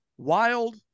wild